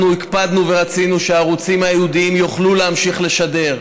אנחנו הקפדנו ורצינו שהערוצים הייעודיים יוכלו להמשיך לשדר,